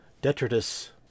detritus